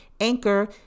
Anchor